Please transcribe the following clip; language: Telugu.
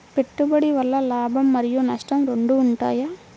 పెట్టుబడి వల్ల లాభం మరియు నష్టం రెండు ఉంటాయా?